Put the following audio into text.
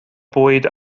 bwyd